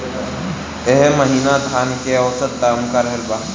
एह महीना धान के औसत दाम का रहल बा?